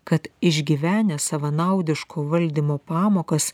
kad išgyvenę savanaudiškų valdymų pamokas